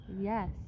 Yes